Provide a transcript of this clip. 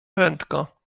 prędko